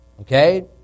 okay